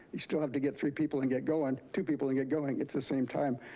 you still have to get three people and get going, two people and get going, it's the same time.